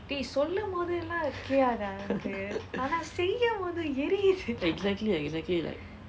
exactly exactly like